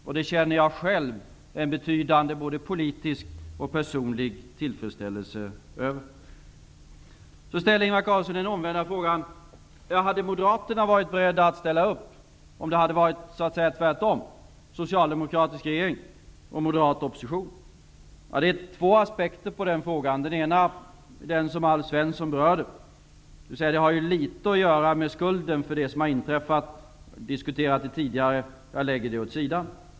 Jag känner själv en betydande politisk och personlig tillfredsställelse över det. Ingvar Carlsson ställer frågan om Moderaterna hade varit beredda att ställa upp om situationen hade varit den omvända, med en socialdemokratisk regering och moderat opposition. Det finns två aspekter på den frågan. Den ena är den som Alf Svensson berörde. Det har ju en del att göra med skulden för det som har inträffat. Vi har diskuterat det tidigare. Jag lägger det åt sidan.